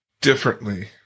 differently